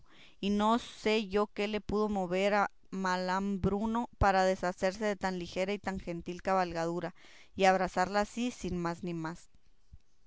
y no sé yo qué le pudo mover a malambruno para deshacerse de tan ligera y tan gentil cabalgadura y abrasarla así sin más ni más